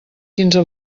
quinze